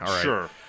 Sure